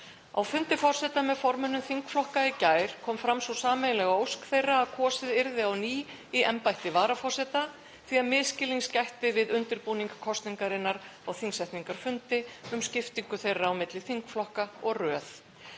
Á fundi forseta með formönnum þingflokka í gær kom fram sú sameiginlega ósk þeirra að kosið yrði á ný í embætti varaforseta því að misskilnings gætti við undirbúning kosningarinnar á þingsetningarfundi um skiptingu þeirra milli þingflokka og röð.